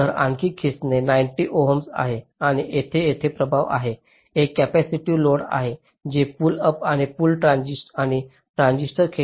तर खाली खेचणे 90 ओम आहे आणि येथे येथे प्रभाव आहे एक कॅपेसिटिव्ह लोड आहे जे पुल अप आणि ट्रान्झिस्टर खेचण्याचे आकार सूचित करते